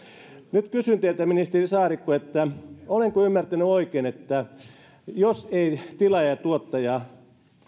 nyt kysyn teiltä ministeri saarikko olenko ymmärtänyt oikein että jos ei tilaaja tuottaja